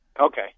Okay